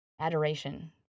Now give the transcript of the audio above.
adoration